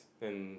and